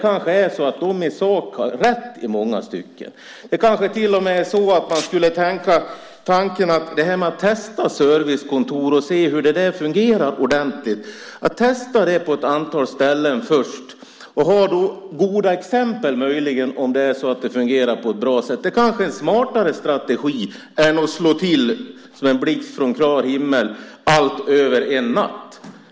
Kanske är det så att de i många stycken har rätt i sak. Kanske är det till och med så att man skulle tänka tanken på det här med att testa servicekontor och se om de fungerar ordentligt. Först kunde man testa det på ett antal ställen. Möjligen har man då goda exempel - om det fungerar på ett bra sätt. Kanske är det en smartare strategi än att slå till som en blixt från klar himmel - allt över en natt.